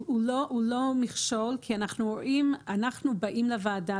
הוא לא מכשול, כי אנחנו רואים, אנחנו באים לוועדה.